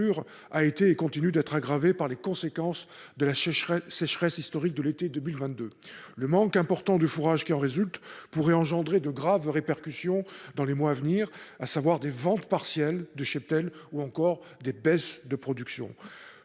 a été et continue d'être aggravée par les conséquences de la sécheresse sécheresse historique de l'été 2022 le manque important du fourrage qui en résultent, pourrait engendrer de graves répercussions dans les mois à venir, à savoir des ventes partielle du cheptel ou encore des baisses de production